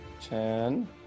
ten